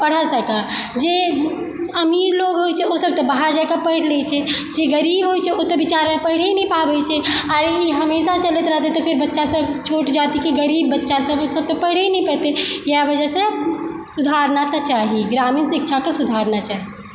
पढ़ऽ सकय जे अमीर लोग होइ छै ओसब तऽ बाहर जाकऽ पढ़ि लै छै जे गरीब होइ छै ओ तऽ बेचारा पढ़ि नहि पाबय छै आओर ई हमेशा चलैत रहतइ तऽ फेर बच्चा सब छोट जातिके गरीब बच्चा सब ईसब तऽ पढ़ि नहि पेतय इएए वजहसँ सुधारना तऽ चाही ग्रामीण शिक्षाके सुधारना चाही